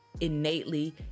innately